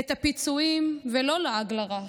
הפיצויים, ולא לעג לרש,